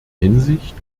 hinsicht